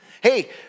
Hey